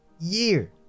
year